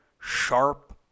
sharp